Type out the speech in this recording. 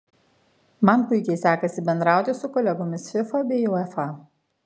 man puikiai sekasi bendrauti su kolegomis fifa bei uefa